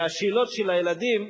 והשאלות של הילדים,